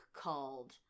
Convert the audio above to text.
called